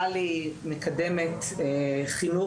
הרי סיימנו עכשיו נגיד את הפרק מבוא של הדיון,